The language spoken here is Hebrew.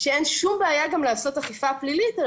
שאין שום בעיה לעשות אכיפה פלילית.